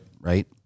right